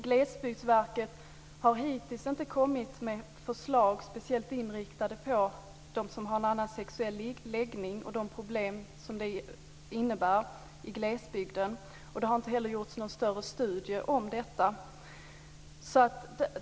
Glesbygdsverket har hittills inte kommit med förslag speciellt inriktade på dem som har en annan sexuell läggning och de problem som detta innebär i glesbygden. Det har inte heller gjorts någon större studie om detta.